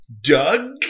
Doug